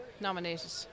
nominated